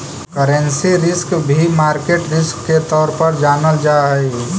currency risk भी market risk के तौर पर जानल जा हई